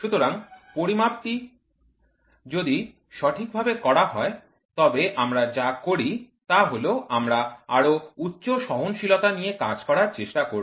সুতরাং পরিমাপটি যদি সঠিকভাবে করা হয় তবে আমরা যা করি তা হল আমরা আরও উচ্চ সহনশীলতা নিয়ে কাজ করার চেষ্টা করব